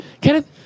Kenneth